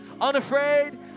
Unafraid